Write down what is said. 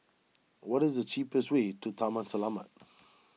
what is the cheapest way to Taman Selamat